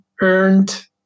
earned